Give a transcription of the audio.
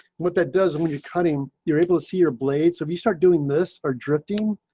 what that does, when you're cutting you're able to see your blade. so if you start doing this are drifting.